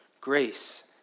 grace